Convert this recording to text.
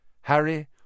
Harry